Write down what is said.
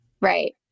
Right